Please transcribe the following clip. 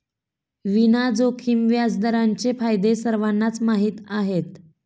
विना जोखीम व्याजदरांचे फायदे सर्वांनाच माहीत आहेत